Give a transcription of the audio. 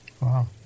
Wow